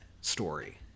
story